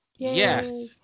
Yes